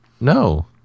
No